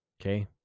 Okay